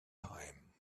time